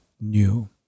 new